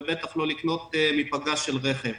ובטח לא לקנות מבגאז' של רכב.